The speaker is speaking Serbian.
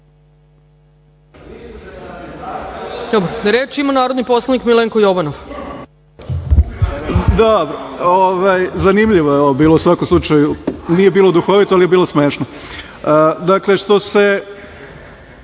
Dobro. Reč ima narodni poslanik Milenko Jovanov. **Milenko Jovanov** Da, zanimljivo je ovo bilo, u svakom slučaju. Nije bilo duhovito, ali je bilo smešno. Dakle, što se